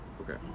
Okay